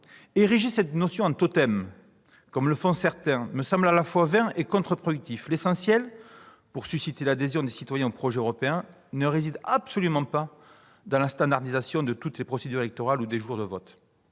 Ériger cette notion en totem, comme le font certains, me semble à la fois vain et contre-productif. L'essentiel pour susciter l'adhésion des citoyens au projet européen ne réside absolument pas dans la standardisation de toutes les procédures électorales ou des jours de vote.